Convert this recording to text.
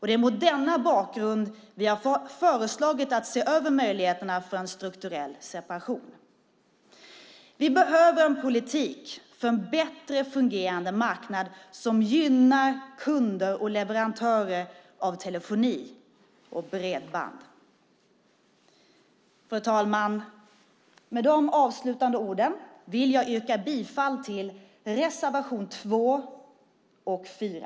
Det är mot denna bakgrund vi har föreslagit att se över möjligheterna för en strukturell separation. Vi behöver en politik för en bättre fungerande marknad som gynnar kunder och leverantörer av telefoni och bredband. Fru talman! Med de avslutande orden vill jag yrka bifall till reservationerna 2 och 4.